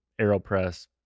AeroPress